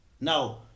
Now